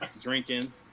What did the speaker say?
drinking